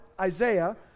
Isaiah